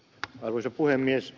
arvoisa puhemies